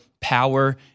power